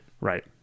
Right